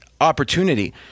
opportunity